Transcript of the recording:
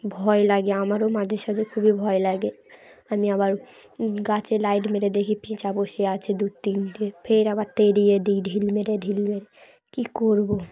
ভয় লাগে আমারও মাঝে সাঝে খুবই ভয় লাগে আমি আবার গাছে লাইট মেরে দেখি পিচা বসে আছে দু তিনটে ফের আবার তাড়িয়ে দিই ঢিল মেরে ঢিল মেরে কী করবো